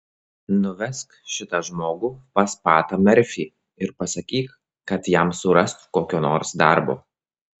nuvesk šitą žmogų pas patą merfį ir pasakyk kad jam surastų kokio nors darbo